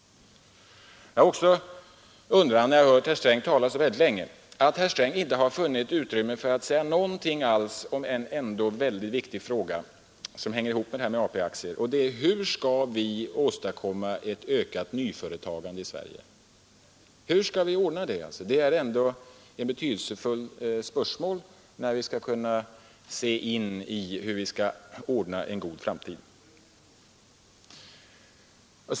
Jag har också undrat över, när jag hört herr Sträng tala så länge, att herr Sträng inte har funnit utrymme för att säga någonting alls om en fråga som ändå är mycket viktig och som hänger ihop med AP-aktierna, nämligen: Hur skall vi åstadkomma ett ökat nyföretagande i Sverige? Hur skall vi ordna det? Det är ett betydelsefullt spörsmål när vi försöker se in i framtiden och ordna så att den blir bra.